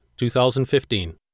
2015